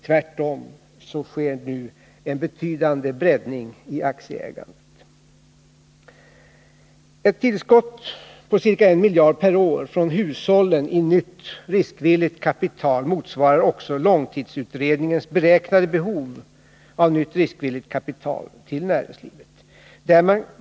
Tvärtom sker nu en betydande breddning i aktieägandet bland svenska löntagare. Ett tillskott på ca 1 miljard per år ifrån hushållen i nytt riskvilligt kapital motsvarar också långtidsutredningens beräknade behov av nytt riskvilligt kapital till näringslivet.